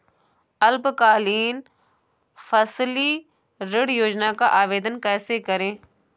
अल्पकालीन फसली ऋण योजना का आवेदन कैसे करें?